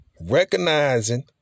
recognizing